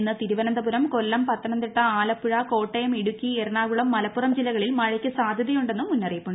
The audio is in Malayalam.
ഇന്ന് തിരുവനന്തപുരം കൊല്ലം പത്തനംതിട്ട ആലപ്പുഴ കോട്ടയം ഇടുക്കി എറണാകുളം മലപ്പുറം ജില്ലകളിൽ മഴയ്ക്ക് സാധൃതയുണ്ടെന്നും മുന്നറിപ്പുണ്ട്